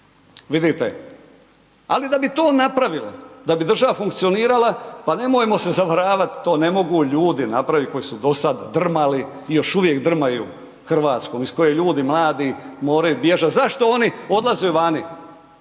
Vidite, ali da bi to napravili, da bi država funkcionirala, pa nemojmo se zavaravati, to ne mogu ljudi napraviti koji su dosad drmali i još uvijek drmaju Hrvatskom, iz koje ljudi mladi moraju bježati. Zašto oni odlaze vani,